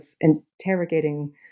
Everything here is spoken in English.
interrogating